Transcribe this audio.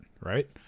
right